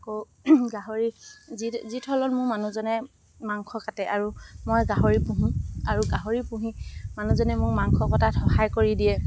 আকৌ গাহৰি যি যি থলত মোৰ মানুহজনে মাংস কাটে আৰু মই গাহৰি পুহোঁ আৰু গাহৰি পুহি মানুহজনে মোক মাংস কটাত সহায় কৰি দিয়ে